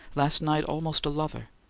last night almost a lover,